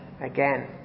again